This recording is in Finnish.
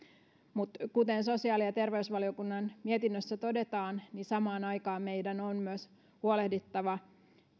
mutta kuten sosiaali ja terveysvaliokunnan mietinnössä todetaan niin samaan aikaan meidän on myös huolehdittava